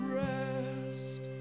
rest